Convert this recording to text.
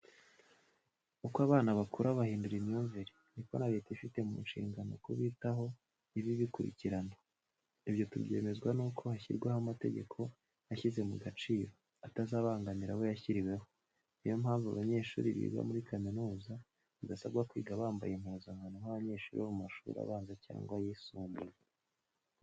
Uko abana bakura bahindura imyumvire, ni ko na Leta ifite mu nshingano kubitaho iba ibikurikirana. Ibyo tubyemezwa n'uko hashyirwaho amategeko ashyize mu gaciro, atazabangamira abo yashyiriweho; ni yo mpamvu abanyeshuri biga muri kaminuza badasabwa kwiga bambaye impuzankano nk'abanyeshuri bo mu mashuri abanza cyangwa ayisumbuye.